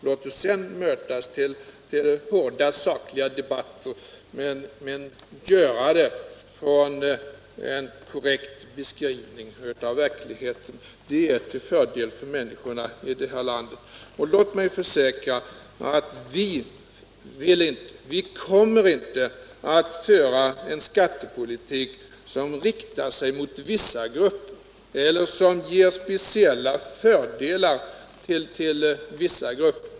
Låt oss sedan mötas till hårda sakliga debatter med utgångspunkt i sådana korrekta beskrivningar. Det vore till fördel för människorna i detta land. Vi kommer inte att föra en skattepolitik som riktar sig mot vissa grupper eller ger speciella fördelar till andra grupper.